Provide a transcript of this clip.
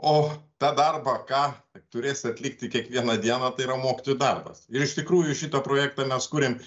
o tą darbą ką turės atlikti kiekvieną dieną tai yra mokytojų darbas ir iš tikrųjų šitą projektą mes kuriam